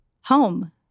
Home